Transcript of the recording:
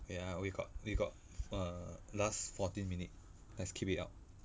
ya we got we got err last fourteen minute let's keep it up